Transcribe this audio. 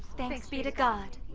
thanks be to god!